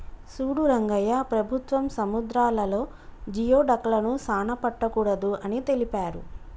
సూడు రంగయ్య ప్రభుత్వం సముద్రాలలో జియోడక్లను సానా పట్టకూడదు అని తెలిపారు